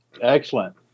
excellent